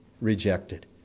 rejected